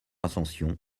ascension